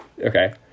okay